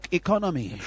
economy